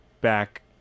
back